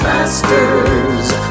Masters